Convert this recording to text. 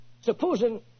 Supposing